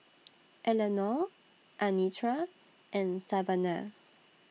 Eleanore Anitra and Savana